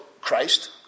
Christ